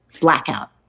blackout